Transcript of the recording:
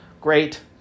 great